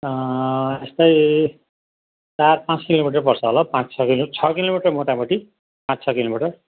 यस्तै चार पाँच किलोमिटर पर्छ होला हौ पाँच छ किलो छ किलोमिटर मोटामोटि पाँच छ किलोमिटर